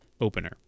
opener